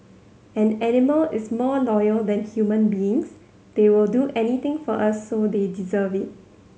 an animal is more loyal than human beings they will do anything for us so they deserve it